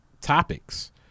topics